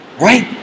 right